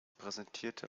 präsentierte